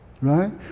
Right